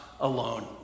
alone